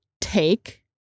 take